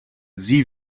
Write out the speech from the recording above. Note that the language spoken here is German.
sie